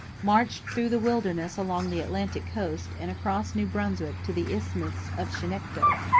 marched through the wilderness along the atlantic coast and across new brunswick to the isthmus of chignecto.